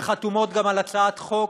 וחתומות גם על הצעת חוק